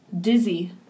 dizzy